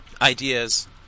ideas